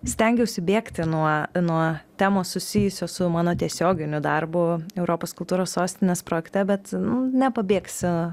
stengiausi bėgti nuo nuo temos susijusios su mano tiesioginiu darbu europos kultūros sostinės projekte bet nepabėgsi